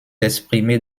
exprimés